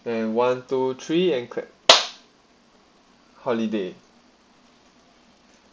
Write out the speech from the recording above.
and one two three and clap holiday